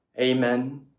Amen